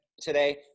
today